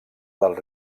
del